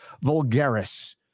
vulgaris